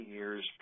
years